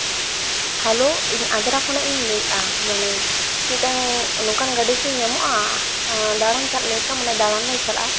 hello ᱤᱧ ᱟᱫᱽᱨᱟ ᱠᱷᱚᱱᱟᱜ ᱤᱧ ᱞᱟᱹᱭᱮᱜᱼᱟ ᱢᱟᱱᱮ ᱢᱤᱫᱴᱟᱝ ᱱᱚᱝᱠᱟᱱ ᱜᱟᱹᱰᱤ ᱠᱤ ᱧᱟᱱᱚᱜᱼᱟ ᱫᱟᱬᱟᱱ ᱪᱟᱞᱟᱜ ᱞᱮᱠᱟ ᱢᱟᱱᱮ ᱫᱟᱬᱟᱱ ᱞᱮ ᱪᱟᱞᱟᱜᱼᱟ